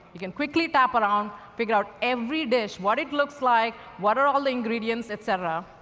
you can quickly tap around, figure out every dish what it looks like, what are all the ingredients, et cetera.